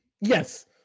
Yes